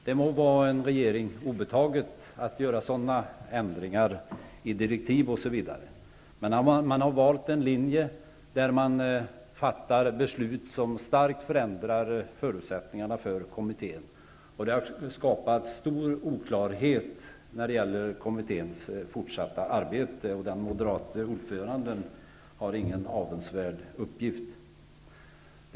Det må vara en regering obetaget att göra sådana ändringar av direktiv, men man har valt en linje där man fattar beslut som starkt förändrar förutsättningen för kommittén. Det har skapat stor oklarhet när det gäller kommitténs arbete. Den moderate ordföranden har ingen avundsvärd uppgift.